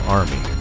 army